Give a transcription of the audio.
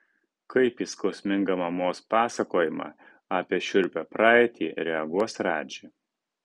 kaip į skausmingą mamos pasakojimą apie šiurpią praeitį reaguos radži